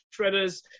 shredders